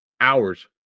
hours